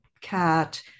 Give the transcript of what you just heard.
cat